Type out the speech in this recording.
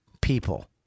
people